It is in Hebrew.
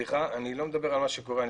אני לא מדבר על מה שקורה,